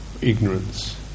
ignorance